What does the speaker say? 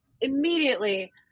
immediately